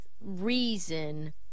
reason